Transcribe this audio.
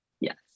Yes